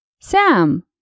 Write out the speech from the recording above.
sam